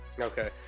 Okay